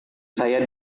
saya